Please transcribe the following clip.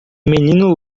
menino